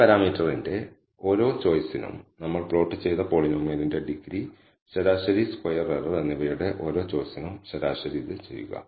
ഈ പരാമീറ്ററിന്റെ ഓരോ ചോയിസിനും നമ്മൾ പ്ലോട്ട് ചെയ്ത പോളിനോമിയലിന്റെ ഡിഗ്രി ശരാശരി സ്ക്വയർ എറർ എന്നിവയുടെ ഓരോ ചോയ്സിനും ശരാശരി ഇത് ചെയ്യുക